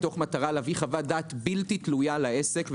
להביא חוות דעת בלתי תלויה לעסק.